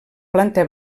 planta